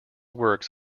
works